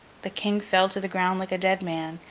the king fell to the ground like a dead man,